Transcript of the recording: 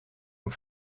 een